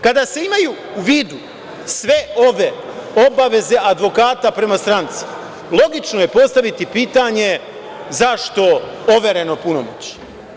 Kada se imaju u vidu sve ove obaveze advokata prema stranci logično je postaviti pitanje – zašto overeno punomoćje?